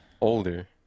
older